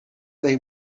they